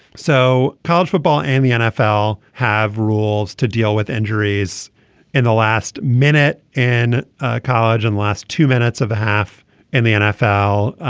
so college football and the nfl have rules to deal with injuries in the last minute in ah college and last two minutes of a half in the nfl.